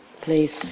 please